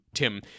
Tim